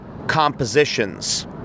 compositions